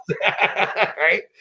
right